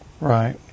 Right